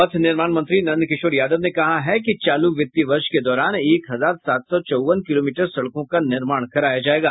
पथ निर्माण मंत्री नंदकिशोर यादव ने कहा है कि चालू वित्तीय वर्ष के दौरान एक हजार सात सौ चौवन किलोमीटर सड़कों का निर्माण कराया जायेगा